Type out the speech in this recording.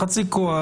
חצי כוח,